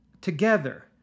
together